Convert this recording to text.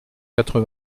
quatre